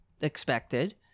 expected